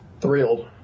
thrilled